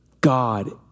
God